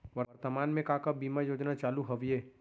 वर्तमान में का का बीमा योजना चालू हवये